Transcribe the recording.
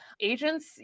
Agents